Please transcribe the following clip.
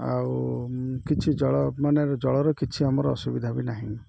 ଆଉ କିଛି ଜଳ ମାନେ ଜଳର କିଛି ଆମର ଅସୁବିଧା ବି ନାହିଁ